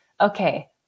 okay